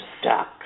stuck